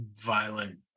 violent